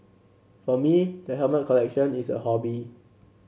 for me the helmet collection is a hobby